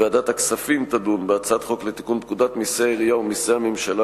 ועדת הכספים תדון בהצעת חוק לתיקון פקודת מסי העירייה ומסי הממשלה